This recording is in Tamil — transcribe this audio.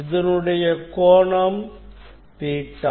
இதனுடைய கோணம் Ɵ theta